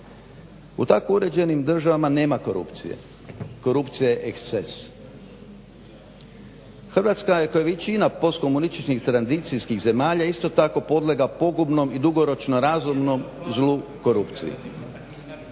U tako uređenim državama nema korupcije. Korupcija je eksces. Hrvatska je kao i većina postkomunističkih tranzicijskih zemalja isto tako podlegla pogubnom i dugoročno razumnom zlu korupciji